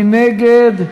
מי נגד?